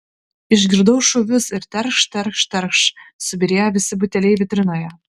išgirdau šūvius ir terkšt terkšt terkšt subyrėjo visi buteliai vitrinoje